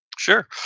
Sure